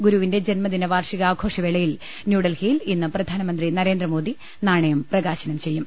ഗുരുവിന്റെ ജന്മദിനാവാർഷികാഘോഷവേളയിൽ ന്യൂഡൽഹി യിൽ ഇന്ന് പ്രധാനമന്ത്രി നരേന്ദ്രമോദി നാണയം പ്രകാശനം ചെയ്യും